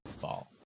ball